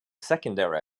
secondary